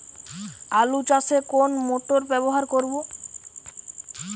আলু চাষে কোন মোটর ব্যবহার করব?